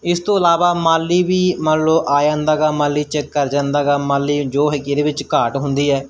ਇਸ ਤੋਂ ਇਲਾਵਾ ਮਾਲੀ ਵੀ ਮੰਨ ਲਓ ਆ ਜਾਂਦਾ ਗਾ ਮਾਲੀ ਚੈੱਕ ਕਰ ਜਾਂਦਾ ਗਾ ਮਾਲੀ ਜੋ ਹੈਗੀ ਇਹਦੇ ਵਿੱਚ ਘਾਟ ਹੁੰਦੀ ਹੈ